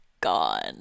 gone